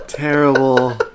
Terrible